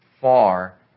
far